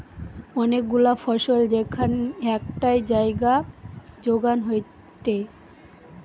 অনেক গুলা ফসল যেখান একটাই জাগায় যোগান হয়টে